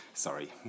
Sorry